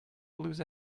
blues